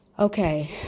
Okay